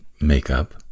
makeup